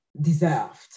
deserved